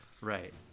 Right